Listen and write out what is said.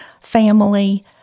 family